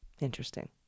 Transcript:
Interesting